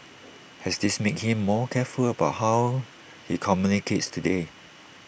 has this made him more careful about how he communicates today